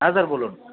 হ্যাঁ স্যার বলুন